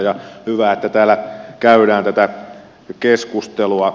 hyvä että täällä käydään tätä keskustelua